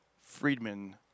Friedman